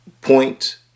Point